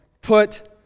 Put